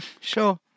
sure